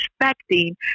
expecting